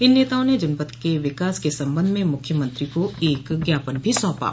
इन नेताओं ने जनपद के विकास के संबंध में मुख्यमंत्री को एक ज्ञापन भी सौंपा